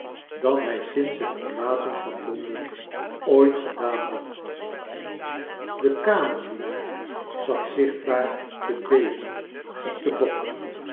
dan hij sinds het verlaten van londen ooit gedaan had be kamerdienaar zat zichtbaar te beven op den bok